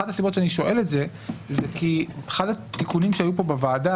אחת הסיבות שאני שואל את זה היא כי אחד התיקונים שהיו פה בוועדה,